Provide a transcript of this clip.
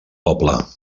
poble